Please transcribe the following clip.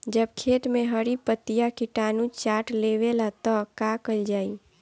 जब खेत मे हरी पतीया किटानु चाट लेवेला तऽ का कईल जाई?